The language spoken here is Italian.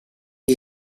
gli